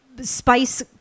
spice